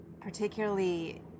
particularly